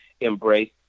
Embrace